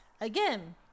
Again